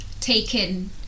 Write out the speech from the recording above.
taken